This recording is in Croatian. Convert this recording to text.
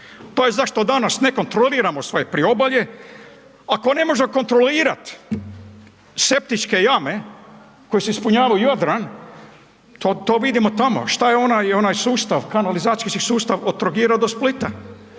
To je zašto danas ne kontroliramo svoje Priobalje, ako ne možemo kontrolirati septičke jame koje se ispumpavaju u Jadran, to vidimo tamo, šta je onaj sustav kanalizacijski sustav od Trogira do Splita.